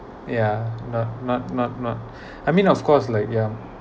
ya not not not not I mean of course like yeah